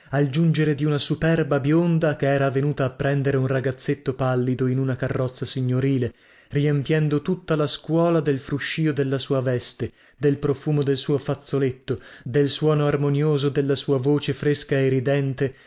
al giungere di una superba bionda che era venuta a prendere un ragazzetto pallido in una carrozza signorile riempiendo tutta la scuola del fruscío della sua veste del profumo del suo fazzoletto del suono armonioso della sua voce fresca e ridente